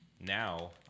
now